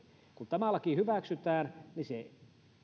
kun tämä laki hyväksytään niin